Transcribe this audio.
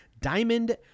Diamond